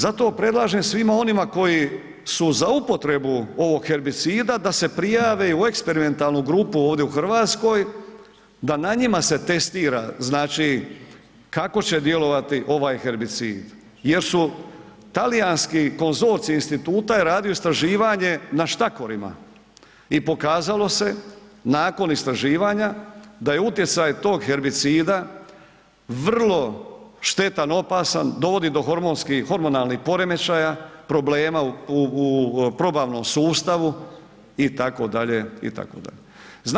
Zato predlažem svima onima koji su za upotrebu ovog herbicida da se prijave i u eksperimentalnu grupu ovdje u Hrvatskoj, da na njima se testira znači kako će djelovati ovaj herbicid, jer su talijanski konzorcij instituta je radio istraživanje na štakorima i pokazalo se nakon istraživanja da je utjecat tog herbicida vrlo štetan, opasan, dovodi do hormonskog, hormonalnih poremećaja, problema u probavnom slučaju i tako dalje, i tako dalje.